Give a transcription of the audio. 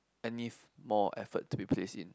any f~ more effort to be place in